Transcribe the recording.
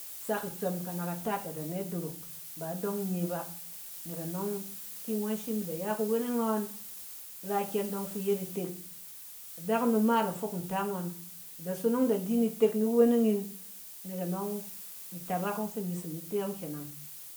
Sak itsɔm kanakataak a da ne dorok, ba dɔng nye bá. Nɛk anɔng, ki i shim da ya kuweneng ngɔn, ra ikyɛng dɔng fi i yet itek, adakunom ma a da fok nta ngɔn, da sonong da di yin ntek ni weneng yin. Nɛk anɔng, i tabak ɔng fi in tsin di te yɔng kɛnɛ.